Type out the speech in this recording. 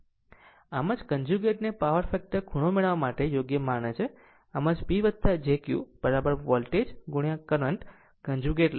આમ જ r conjugate ને પાવર ફેક્ટર ખૂણો મેળવવા માટે યોગ્ય માને છે આમ જ P jQ voltage current conjugate છે